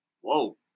Whoa